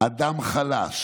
אדם חלש